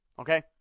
okay